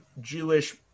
Jewish